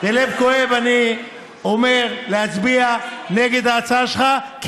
בלב כואב אני אומר להצביע נגד ההצעה שלך,